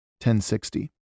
1060